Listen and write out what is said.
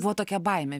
buvo tokia baimė